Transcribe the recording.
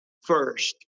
first